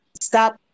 stop